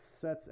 Set's